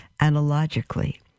analogically